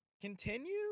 Continue